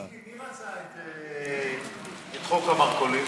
מי רצה את חוק המרכולים?